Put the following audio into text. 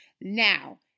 Now